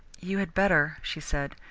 you had better, she said,